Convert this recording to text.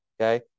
okay